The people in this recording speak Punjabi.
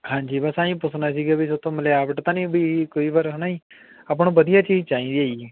ਹਾਂਜੀ ਬਸ ਆਹੀ ਪੁੱਛਣਾ ਸੀਗਾ ਵੀ ਥੋਤੋਂ ਮਿਲਾਵਟ ਤਾਂ ਨਹੀਂ ਵੀ ਕਈ ਵਾਰ ਹੈ ਨਾ ਜੀ ਆਪਾਂ ਨੂੰ ਵਧੀਆ ਚੀਜ਼ ਚਾਹੀਦੀ ਹੈ ਜੀ